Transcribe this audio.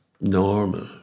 normal